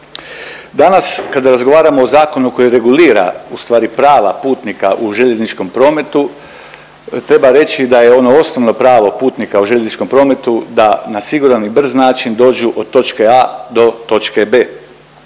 Danas kada razgovaramo o zakonu koji regulira u stvari prava putnika u željezničkom prometu treba reći da je ono osnovno pravo putnika u željezničkom prometu da na siguran i brz način dođu od točke A do točke B.